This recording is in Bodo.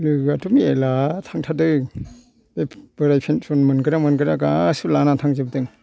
लोगोयाथ' मेला थांथारदों बे बोराय फेन्सन मोनग्रा मोनग्रा गासिबो लाना थांजोबदों